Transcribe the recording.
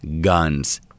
guns